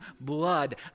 blood